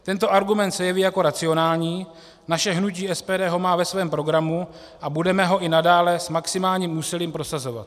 Tento argument se jeví jako racionální, naše hnutí SPD ho má ve svém programu a budeme ho i nadále s maximálním úsilím prosazovat.